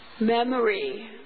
Memory